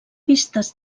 vistes